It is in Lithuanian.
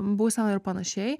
būsena ir panašiai